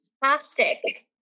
fantastic